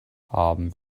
haben